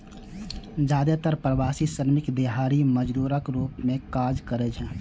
जादेतर प्रवासी श्रमिक दिहाड़ी मजदूरक रूप मे काज करै छै